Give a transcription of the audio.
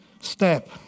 step